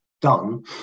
done